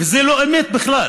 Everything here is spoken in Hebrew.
וזו לא אמת בכלל.